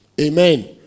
amen